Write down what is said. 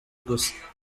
gusa